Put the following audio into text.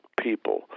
people